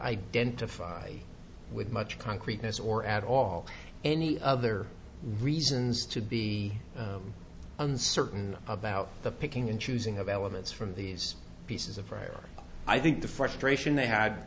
identify with much concreteness or at all any other reasons to be uncertain about the picking and choosing of elements from these pieces of prayer i think the frustration they had